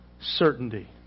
Certainty